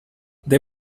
they